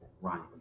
Ryan